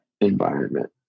environment